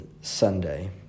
Sunday